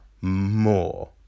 More